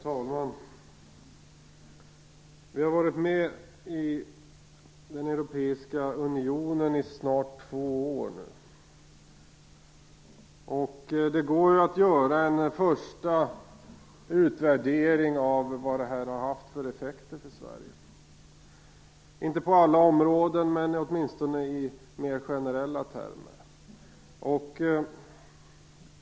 Fru talman! Sverige har varit med i den europeiska unionen i snart två år nu. Det går att göra en första utvärdering av vad det har haft för effekter för Sverige - inte på alla områden, men åtminstone i mer generella termer.